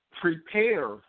prepare